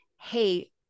Hey